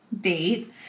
date